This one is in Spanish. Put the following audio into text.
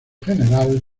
general